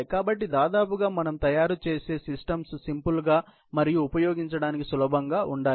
కాబట్టి దాదాపు గా మనం తయారు చేసే సిస్టమ్స్ సింపుల్ గా మరియు ఉపయోగించడానికి సులభంగా ఉండాలి